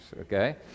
Okay